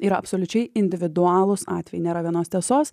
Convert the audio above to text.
yra absoliučiai individualūs atvejai nėra vienos tiesos